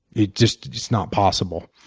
it's just just not possible.